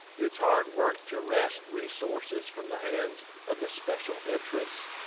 it's hard work to wrest resources from the hands of the special interests.